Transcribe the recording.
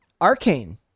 Arcane